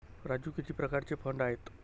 राजू किती प्रकारचे फंड आहेत?